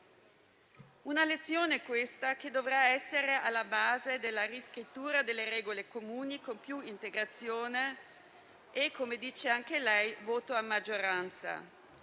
una lezione, questa, che dovrà essere alla base della riscrittura delle regole comuni con più integrazione e - come dice anche lei - voto a maggioranza;